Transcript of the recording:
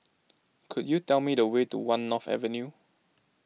could you tell me the way to one North Avenue